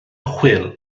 chwil